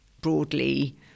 broadly